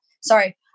sorry